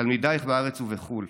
תלמידייך בארץ ובחו"ל,